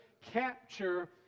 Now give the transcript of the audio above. capture